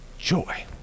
Joy